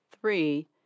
Three